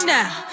Now